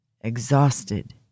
exhausted